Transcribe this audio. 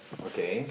okay